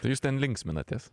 tai jūs ten linksminatės